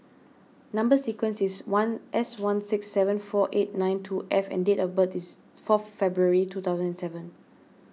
Number Sequence is one S one six seven four eight nine two F and date of birth is fourth February two thousand and seven